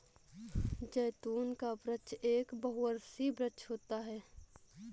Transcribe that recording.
जैतून का वृक्ष एक बहुवर्षीय वृक्ष होता है